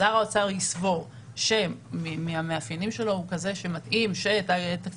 ושר האוצר יסבור שמהמאפיינים שלו הוא כזה שמתאים שתקציבו